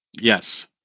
Yes